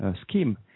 scheme